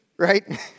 Right